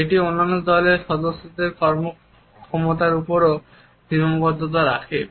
এটি অন্যান্য দলের সদস্যদের কর্মক্ষমতার উপরও কিছু সীমাবদ্ধতা রাখে